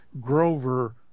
Grover